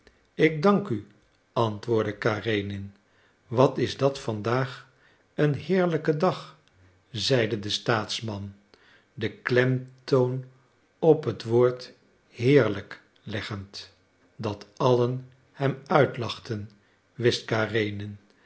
ik dank u antwoordde karenin wat is dat vandaag een heerlijke dag zeide de staatsman den klemtoon op het woord heerlijk leggend dat allen hem uitlachten wist